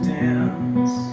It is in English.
dance